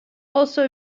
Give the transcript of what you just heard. also